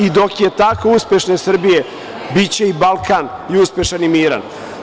I dok je tako uspešne Srbije, biće i Balkan i uspešan i miran.